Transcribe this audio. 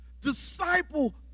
disciple